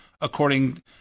according